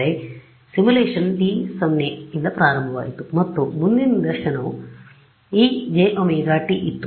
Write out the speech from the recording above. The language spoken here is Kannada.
ಆದ್ದರಿಂದ simulation t 0 ರಿಂದ ಪ್ರಾರಂಭವಾಯಿತು ಮತ್ತು ಮುಂದಿನ ನಿದರ್ಶನವು ejωt ಇತ್ತು